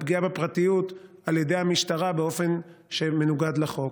הפגיעה בפרטיות על ידי המשטרה באופן שמנוגד לחוק.